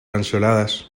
lanceoladas